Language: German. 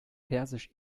persisch